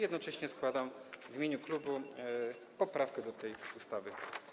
Jednocześnie składam w imieniu klubu poprawkę do tej ustawy.